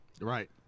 Right